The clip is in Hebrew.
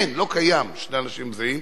אין, לא קיימים שני אנשים זהים.